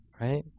right